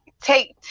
take